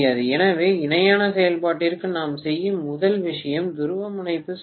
எனவே இணையான செயல்பாட்டிற்கு நாம் செய்யும் முதல் விஷயம் துருவமுனைப்பு சோதனை